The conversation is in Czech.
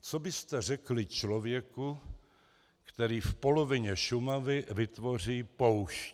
Co byste řekli člověku, který v polovině Šumavy vytvoří poušť?